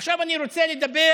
עכשיו אני רוצה לדבר